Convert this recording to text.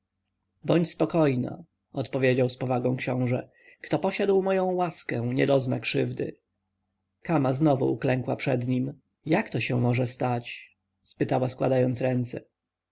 bądź spokojna odpowiedział z powagą książę kto posiadł moją łaskę nie dozna krzywdy kama znowu uklękła przed nim jak się to może stać spytała składając ręce